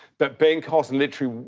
but ben carson literally,